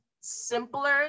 simpler